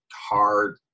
hard